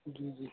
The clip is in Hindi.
जी जी